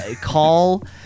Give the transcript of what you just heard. call